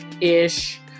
ish